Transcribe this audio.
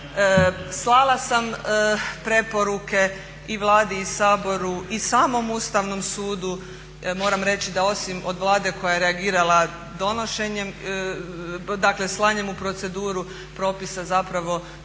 Slala sam preporuke i Vladi i Saboru i samom Ustavnom sudu. Moram reći da osim od Vlade koja je reagirala donošenjem, dakle slanjem u proceduru propisa zapravo nisam